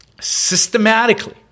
systematically